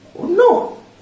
No